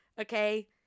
okay